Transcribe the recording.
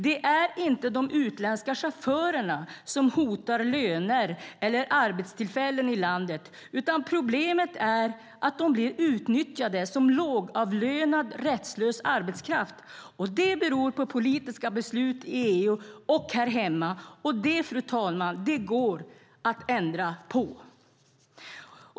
Det är inte de utländska chaufförerna som hotar löner och arbetstillfällen i landet, utan problemet är att de blir utnyttjade som lågavlönad rättslös arbetskraft. Det beror på politiska beslut i EU och här hemma, och det, fru talman, går att ändra på.